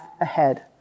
ahead